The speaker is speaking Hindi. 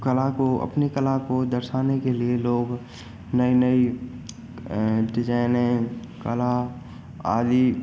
कला को अपनी कला को दर्शाने के लिए लोग नई नई डिज़ाइने कला आदि